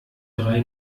drei